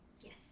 Yes